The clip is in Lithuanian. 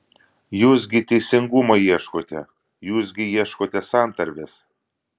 jūs gi teisingumo ieškote jūs gi ieškote santarvės